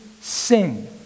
sing